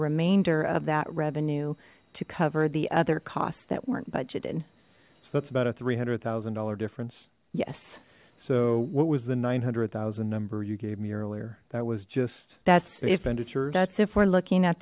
remainder of that revenue to cover the other cost that weren't budgeted so that's about a three hundred thousand dollar difference yes so what was the nine hundred thousand number you gave me earlier that was just that's under charge that's if we're looking at